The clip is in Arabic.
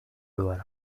الورق